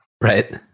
Right